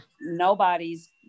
nobody's